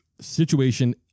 situation